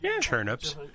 turnips